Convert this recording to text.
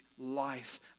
life